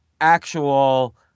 actual